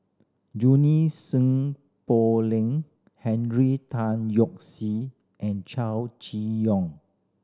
Junie Sng Poh Leng Henry Tan Yoke See and Chow Chee Yong